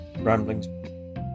Ramblings